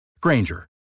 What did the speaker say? Granger